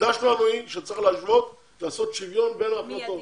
שהעמדה שלנו היא שצריך לעשות שוויון בין ההחלטות,